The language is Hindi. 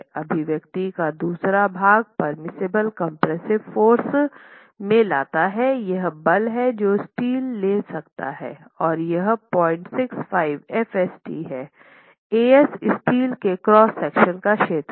अभिव्यक्ति का दूसरा भाग पेर्मिसिबल कम्प्रेस्सिव फाॅर्स में लाता है यह बल है जो स्टील ले सकता है और यह 065 fst है A s स्टील के क्रॉस सेक्शन का क्षेत्र है